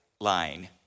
line